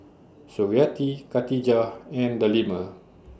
Suriawati Katijah and Delima